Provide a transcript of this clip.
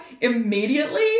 immediately